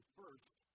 first